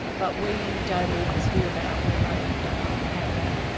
but we don't always hear about when they happen out,